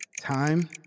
Time